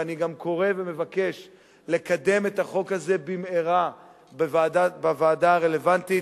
ואני גם קורא ומבקש לקדם את החוק הזה במהרה בוועדה הרלוונטית,